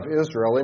Israel